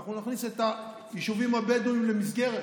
ואנחנו נכניס את היישובים הבדואיים למסגרת,